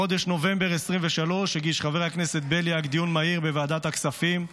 בחודש נובמבר 2023 הגיש חבר הכנסת בליאק דיון מהיר בוועדת הכספים,